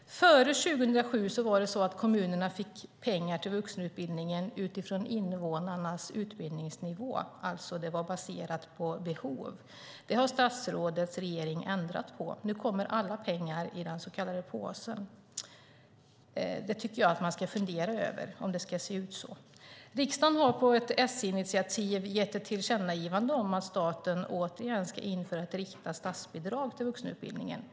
Före 2007 var det så att kommunerna fick pengar till vuxenutbildningen utifrån invånarnas utbildningsnivå. Det var alltså baserat på behov. Detta har statsrådets regering ändrat på. Nu kommer alla pengar i den så kallade påsen. Jag tycker att man ska fundera över om det ska se ut så. Riksdagen har efter ett S-initiativ gjort ett tillkännagivande om att staten ska återinföra ett riktat statsbidrag till vuxenutbildningen.